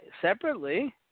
separately